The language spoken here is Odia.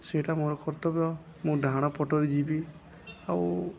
ସେଇଟା ମୋର କର୍ତ୍ତବ୍ୟ ମୁଁ ଡ଼ାହାଣ ପଟରେ ଯିବି ଆଉ